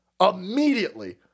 Immediately